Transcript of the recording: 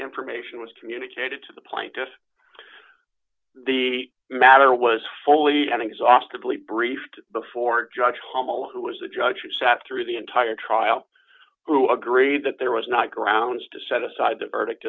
information was communicated to the plaintiffs the matter was fully and exhaustively briefed before judge hummel who was the judge who sat through the entire trial who agreed that there was not grounds to set aside the verdict